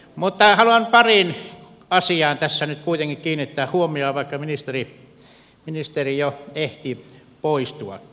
mutta haluan pariin asiaan tässä nyt kuitenkin kiinnittää huomiota vaikka ministeri jo ehti poistuakin